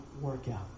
workout